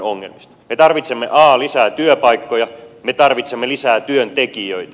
me tarvitsemme lisää työpaikkoja me tarvitsemme lisää työntekijöitä